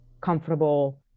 comfortable